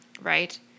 right